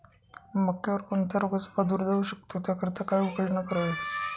मक्यावर कोणत्या रोगाचा प्रादुर्भाव होऊ शकतो? त्याकरिता काय उपाययोजना करावी?